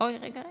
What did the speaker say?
סעיף 1,